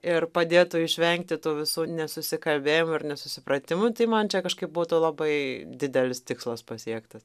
ir padėtų išvengti tų visų nesusikalbėjimų ar nesusipratimų tai man čia kažkaip būtų labai didelis tikslas pasiektas